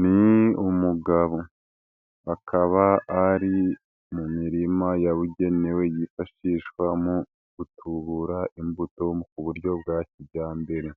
Ni umugabo akaba ari mu mirima yabugenewe yifashishwa mu gutubura imbuto ku buryo bwa kijyambere,